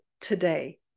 today